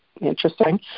interesting